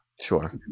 Sure